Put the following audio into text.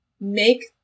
make